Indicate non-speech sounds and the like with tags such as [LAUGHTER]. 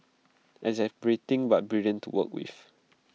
[NOISE] exasperating but brilliant to work with